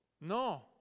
No